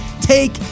Take